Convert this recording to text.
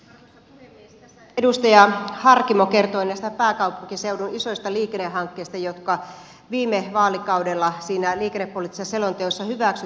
tässä edustaja harkimo kertoi näistä pääkaupunkiseudun isoista liikennehankkeista jotka viime vaalikaudella siinä liikennepoliittisessa selonteossa hyväksyttiin